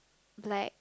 black